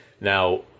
Now